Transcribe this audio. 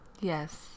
Yes